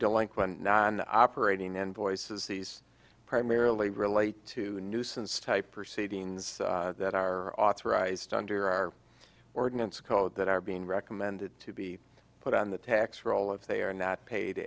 delinquent nine operating invoices these primarily relate to the nuisance type proceedings that are authorized under our ordinance code that are being recommended to be put on the tax role if they are not paid